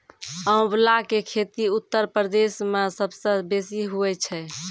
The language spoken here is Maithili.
आंवला के खेती उत्तर प्रदेश मअ सबसअ बेसी हुअए छै